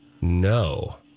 No